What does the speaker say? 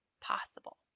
possible